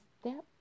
step